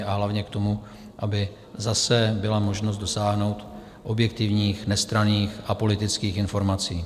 A hlavně k tomu, aby zase byla možnost dosáhnout objektivních, nestranných apolitických informací.